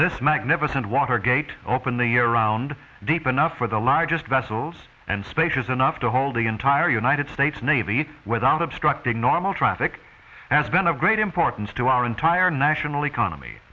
this magnificent watergate open the air around deep enough for the largest vessels and space is enough to hold the entire united states navy without obstructing normal traffic has been of great importance to our entire national economy